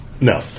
No